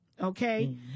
okay